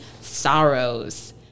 sorrows